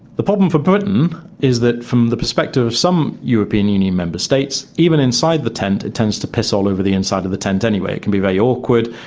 the problem for britain is that from the perspective of some european union member states, even inside the tent it tends to piss all over the inside of the tent anyway it can be very awkward,